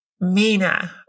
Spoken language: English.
Mina